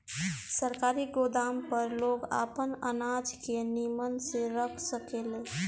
सरकारी गोदाम पर लोग आपन अनाज के निमन से रख सकेले